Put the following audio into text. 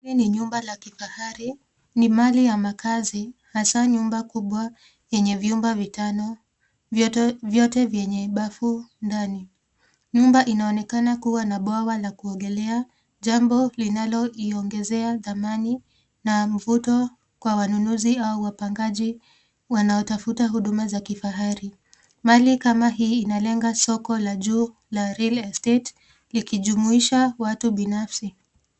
Hii ni nyumba la kifahari. Ni mali ya makazi hasa nyumba kubwa yenye vyumba vitano, vyote vyenye bafu ndani. Nyumba inaonekana kuwa na bwawa la kuogelea, jambo linaloiongezea dhamani na mvuto kwa wanunuzi au wapangaji wanaotafuta huduma za kifahari. Mali kama hii inalenga soko la juu na real estate likijumuisha watu binafsi.